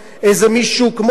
איזה מישהו כמו,